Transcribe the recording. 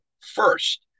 first